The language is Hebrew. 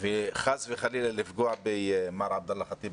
- וחס וחלילה לא לפגוע במר עבדאללה חטיב,